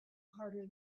harder